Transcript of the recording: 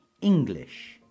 English